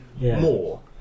more